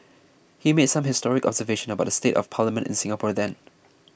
he made some historic observations about the state of Parliament in Singapore then